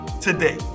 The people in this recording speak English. today